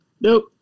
Nope